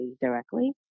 directly